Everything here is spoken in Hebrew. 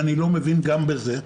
אני לא מבין גם בזה,